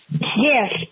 Yes